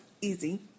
easy